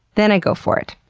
then i go for it.